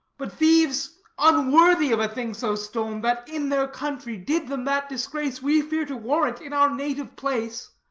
but thieves unworthy of a thing so stol'n that in their country did them that disgrace we fear to warrant in our native place!